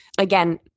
again